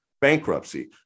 bankruptcy